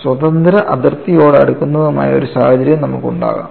സ്വതന്ത്ര അതിർത്തിയോട് അടുക്കുന്നതുമായ ഒരു സാഹചര്യം നമുക്ക് ഉണ്ടാകാം